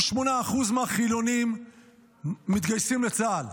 88% מהחילוניים מתגייסים לצה"ל,